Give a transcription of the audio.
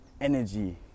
energy